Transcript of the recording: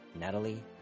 Natalie